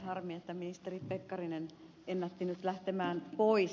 harmi että ministeri pekkarinen ennätti nyt lähteä pois